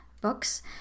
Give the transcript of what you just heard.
books